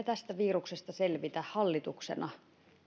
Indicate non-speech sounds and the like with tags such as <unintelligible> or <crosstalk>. <unintelligible> tästä viruksesta selviä hallituksena